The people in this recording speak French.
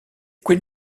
quinn